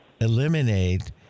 eliminate